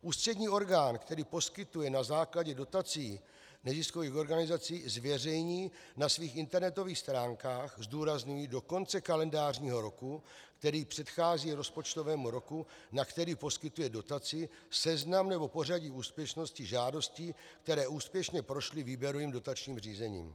Ústřední orgán, který poskytuje na základě dotací neziskových organizací, zveřejní na svých internetových stránkách zdůrazňuji do konce kalendářního roku, který předchází rozpočtovému roku, na který poskytuje dotaci, seznam nebo pořadí úspěšnosti žádostí, které úspěšně prošly výběrovým dotačním řízením.